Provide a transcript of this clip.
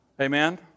Amen